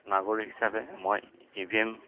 নাগৰিক হিচাপে মই ই ভি এম